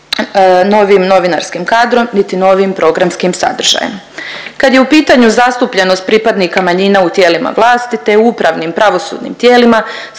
novim novinarskim kadrom niti novim programskim sadržajem. Kad je u pitanju zastupljenost pripadnika manjina u tijelima vlasti te u upravnim i pravosudnim tijelima